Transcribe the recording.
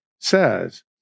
says